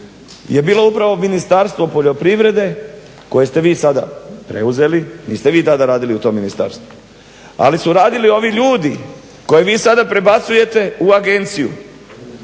je bilo upravo Ministarstvo poljoprivrede koje ste vi sada preuzeli, niste vi tada radili u tom ministarstvu, ali su radili ovi ljudi koje vi sada prebacujte u agenciju